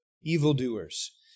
evildoers